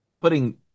putting